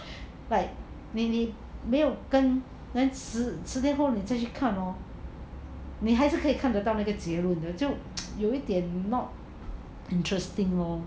like 你你没有跟事件后你再去看看你还是可以看得到那个结论的就有一点 not interesting lor